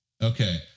Okay